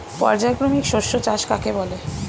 পর্যায়ক্রমিক শস্য চাষ কাকে বলে?